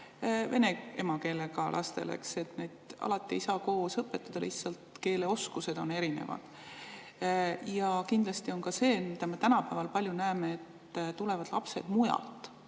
vene emakeelega lastel. Neid alati ei saa koos õpetada, lihtsalt keeleoskused on erinevad. Ja kindlasti on ka see, mida me tänapäeval palju näeme, et tulevad lapsed mujalt